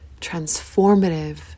transformative